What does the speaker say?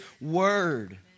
word